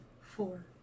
four